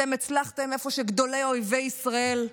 אתם הצלחתם איפה שגדולי אויבי ישראל כשלו.